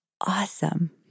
awesome